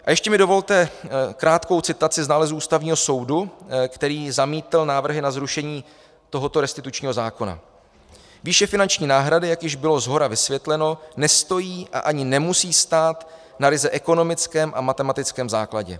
A ještě mi dovolte krátkou citaci z nálezu Ústavního soudu, který zamítl návrhy na zrušení tohoto restitučního zákona: Výše finanční náhrady, jak již bylo shora vysvětleno, nestojí a ani nemusí stát na ryze ekonomickém a matematickém základě.